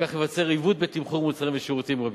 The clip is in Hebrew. וכך ייווצר עיוות בתמחור מוצרים ושירותים רבים.